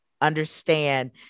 understand